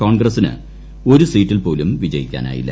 കോൺഗ്രസ്സിന് ഒരു സീറ്റിൽ പോലും വിജയിക്കാനായില്ല